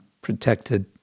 protected